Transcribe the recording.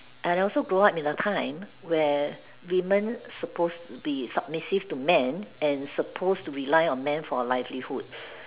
and I also grow up in a time where women supposed to be submissive to men and supposed to rely on men for livelihood